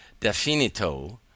definito